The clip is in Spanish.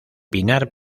pinar